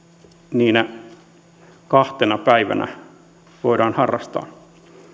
niinä kahtena päivänä voidaan harrastaa